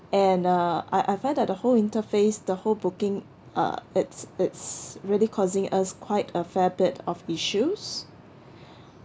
and uh I I find that the whole interface the whole booking uh it's it's really causing us quite a fair bit of issues